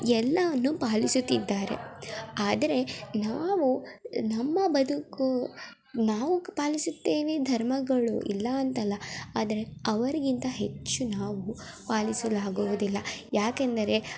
ಎಲ್ಲವೂ ಪಾಲಿಸುತಿದ್ದಾರೆ ಆದರೆ ನಾವು ನಮ್ಮ ಬದುಕು ನಾವು ಪಾಲಿಸುತ್ತೇವೆ ಧರ್ಮಗಳು ಇಲ್ಲ ಅಂತಲ್ಲ ಆದರೆ ಅವರಿಗಿಂತ ಹೆಚ್ಚು ನಾವು ಪಾಲಿಸಲಾಗುವುದಿಲ್ಲ ಯಾಕೆಂದರೆ